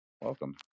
Welcome